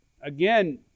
Again